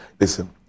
Listen